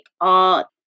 art